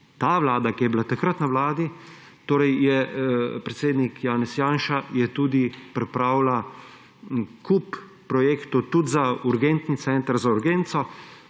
Ta vlada, ki je bila takrat na Vladi, torej predsednik Janez Janša, je pripravila tudi en kup projektov za urgentni center, za urgenco,